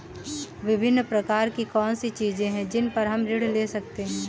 विभिन्न प्रकार की कौन सी चीजें हैं जिन पर हम ऋण ले सकते हैं?